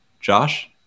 Josh